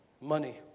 money